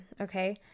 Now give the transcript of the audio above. Okay